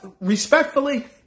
respectfully